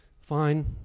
Fine